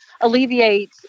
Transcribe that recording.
alleviate